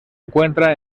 encuentra